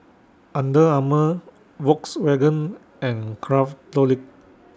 Under Armour Volkswagen and Craftholic